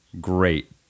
great